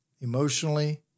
emotionally